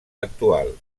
actual